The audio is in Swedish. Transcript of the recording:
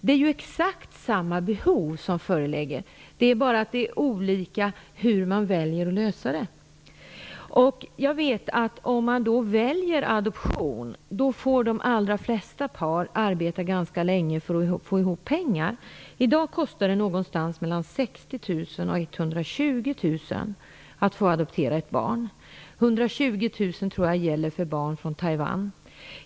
Det är exakt samma behov som föreligger, men man väljer att lösa det på olika sätt. De allra flesta par som väljer adoption får arbeta ganska länge för att få ihop pengar. I dag kostar det mellan 60 000 och 120 000 kr att få adoptera ett barn. Jag tror att det är 120 000 kr som gäller för barn från Taiwan.